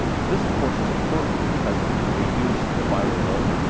and this of course is important because it can reduce the viral load,